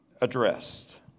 addressed